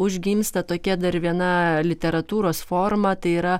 užgimsta tokia dar viena literatūros forma tai yra